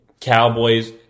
Cowboys